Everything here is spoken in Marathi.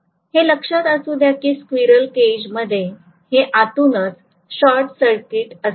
हे लक्षात असू द्या की स्क्विरल केज मध्ये हे आतूनच शॉर्टसर्किट असते